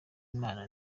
imana